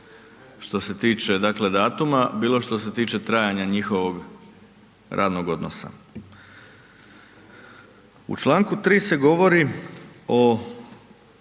što se tiče datum, bilo što se tiče trajanja njihovog radnog odnosa. U članku 3. se govori o